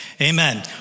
Amen